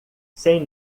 sem